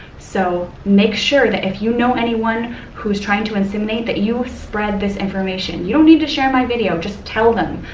so, make sure that if you know anyone who's trying to inseminate, that you spread this information. you don't need to share my video, just tell them.